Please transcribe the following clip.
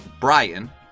brian